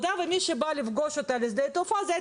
שמוכנות להעלות אנשים בלי התמח"פ הזה.